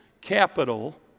capital